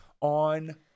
on